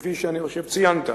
כפי שאני חושב שציינת,